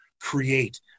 create